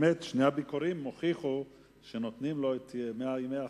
באמת שני הביקורים הוכיחו שנותנים לו את מאה ימי החסד.